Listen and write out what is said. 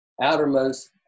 outermost